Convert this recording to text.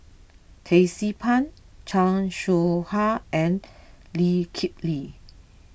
Tracie Pang Chan Soh Ha and Lee Kip Lee